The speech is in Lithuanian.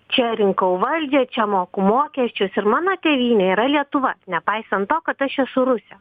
čia rinkau valdžią čia moku mokesčius ir mano tėvynė yra lietuva nepaisant to kad aš esu rusė